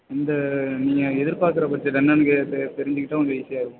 இந்த நீங்கள் எதிர்பார்க்கற பட்ஜெட் என்னென்னு கேட்டு தெரிஞ்சுக்கிட்டா கொஞ்சம் ஈஸியாக இருக்கும்